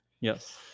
Yes